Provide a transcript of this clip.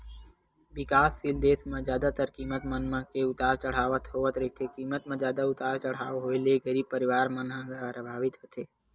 बिकाससील देस म जादातर कीमत मन म के उतार चड़हाव होवत रहिथे कीमत म जादा उतार चड़हाव होय ले गरीब परवार मन ह परभावित होथे